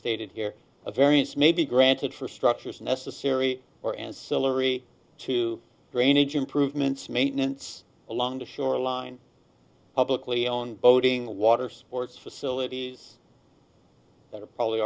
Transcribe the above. stated here a variance may be granted for structures necessary for and similar ie to drainage improvements maintenance along the shoreline publicly owned boating water sports facilities that are probably